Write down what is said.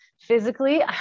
physically